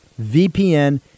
VPN